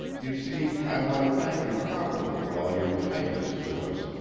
you see, i want to thank you properly for all your kindness to us,